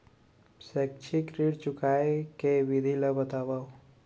शैक्षिक ऋण चुकाए के विधि ला बतावव